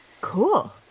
cool